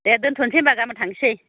दे दोन्थ'सै होमबा गाबोन थांनोसै